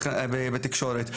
בתקשורת,